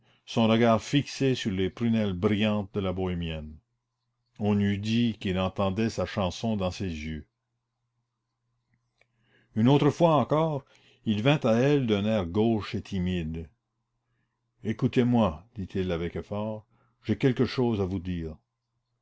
son regard fixé sur les prunelles brillantes de la bohémienne on eût dit qu'il entendait sa chanson dans ses yeux une autre fois encore il vint à elle d'un air gauche et timide écoutez-moi dit-il avec effort j'ai quelque chose à vous dire